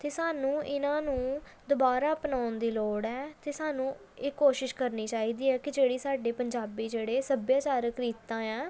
ਅਤੇ ਸਾਨੂੰ ਇਹਨਾਂ ਨੂੰ ਦੁਬਾਰਾ ਅਪਣਾਉਣ ਦੀ ਲੋੜ ਹੈ ਅਤੇ ਸਾਨੂੰ ਇਹ ਕੋਸ਼ਿਸ਼ ਕਰਨੀ ਚਾਹੀਦੀ ਹੈ ਕਿ ਜਿਹੜੀ ਸਾਡੇ ਪੰਜਾਬੀ ਜਿਹੜੇ ਸੱਭਿਆਚਾਰਕ ਰੀਤਾਂ ਆ